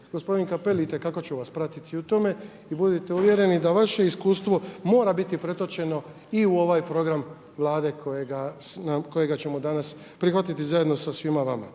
Gospodin Cappelli itekako ću vas pratiti u tome i budite uvjereni da vaše iskustvo mora biti pretočeno i u ovaj program Vlade kojega ćemo danas prihvatiti zajedno sa svima vama.